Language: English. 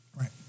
Right